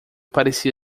parecia